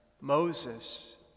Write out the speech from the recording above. Moses